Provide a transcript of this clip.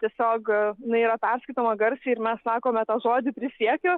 tiesiogiai na yra perskaitoma garsiai ir mes sakome tą žodį prisiekiu